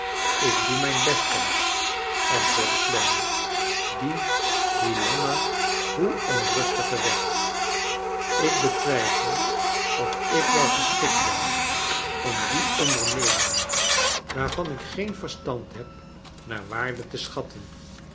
ik doe mijn best pancks antwoordde clennam die hoe langer hoe onrustiger werd ik betwijfel of ik wel geschikt ben om die ondernemingen waarvan ik geen verstand heb naar waarde te schatten